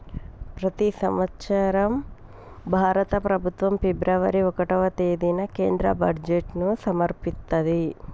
ప్రతి సంవత్సరం భారత ప్రభుత్వం ఫిబ్రవరి ఒకటవ తేదీన కేంద్ర బడ్జెట్ను సమర్పిత్తది